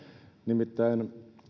nimittäin